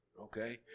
okay